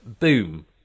boom